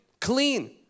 clean